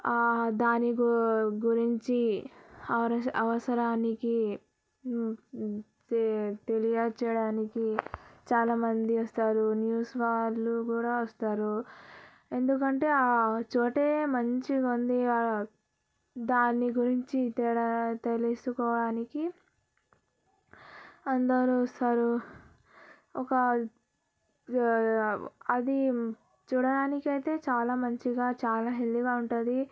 దాని గురించి అవసరానికి తెలియచేయడానికి చాలామంది వస్తారు న్యూస్ వాళ్ళు కూడా వస్తారు ఎందుకంటే ఆ చోట మంచిగా ఉంది దాని గురించి ఇతర తెలుసుకోవడానికి అందరు వస్తారు ఒక అది చూడడానికి అయితే చాలా మంచిగా చాలా హెల్తీగా ఉంటుంది